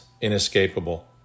inescapable